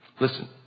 Listen